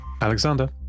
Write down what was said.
Alexander